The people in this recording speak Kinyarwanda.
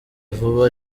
vuba